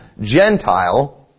Gentile